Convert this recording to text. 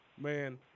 man